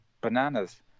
bananas